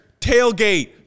Tailgate